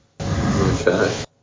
Okay